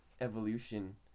evolution